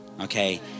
okay